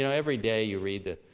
you know every day you read the,